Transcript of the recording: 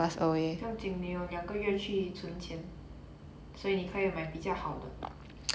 不要紧你有两个月去存钱所以你可以买比较好的